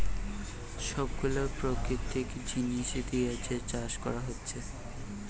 সব গুলা প্রাকৃতিক জিনিস দিয়ে যে চাষ কোরা হচ্ছে